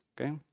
okay